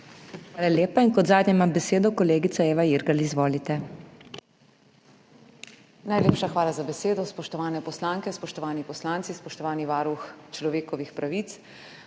Hvala lepa. Kot zadnja ima besedo kolegica Eva Irgl. Izvolite. EVA IRGL (PS SDS): Najlepša hvala za besedo. Spoštovane poslanke, spoštovani poslanci, spoštovani varuh človekovih pravic!